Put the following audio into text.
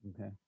Okay